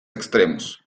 extremos